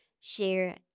share